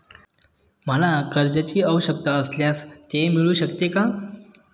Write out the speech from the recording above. मला कर्जांची आवश्यकता असल्यास ते मिळू शकते का?